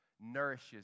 Nourishes